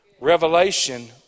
Revelation